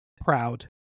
proud